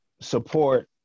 support